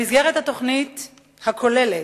במסגרת התוכנית הכוללת,